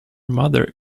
mother